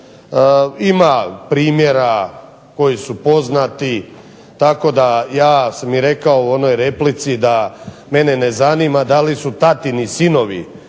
Ima primjera koji su poznati tako da ja sam i rekao u onoj replici da mene ne zanima da li su tatini sinovi